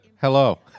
hello